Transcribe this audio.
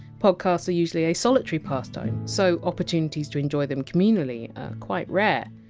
podcasts are usually a solitary pastime so opportunities to enjoy them communally are quite rare.